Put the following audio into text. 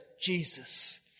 Jesus